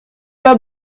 pas